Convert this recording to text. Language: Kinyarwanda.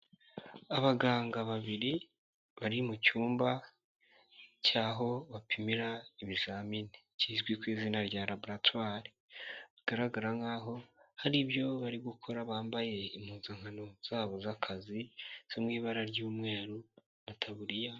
Abaganga babiri bari mu cyumba cy'aho bapimira ibizamini, kizwi ku izina rya laboratwari bigaragara nk'aho hari ibyo bari gukora bambaye impuzankano zabo z'akazi zo mu ibara ry'umweru na taburiya.